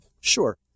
Sure